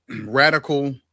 radical